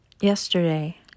yesterday